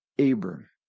Abram